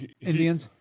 Indians